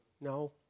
No